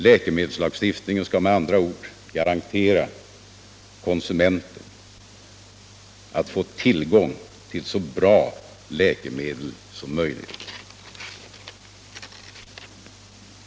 Läkemedelslagstiftningen skall med andra ord garantera konsumenten tillgång till så bra läkemedel som möjligt.